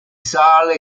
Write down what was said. sale